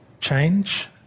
change